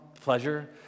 Pleasure